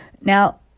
Now